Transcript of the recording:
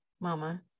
Mama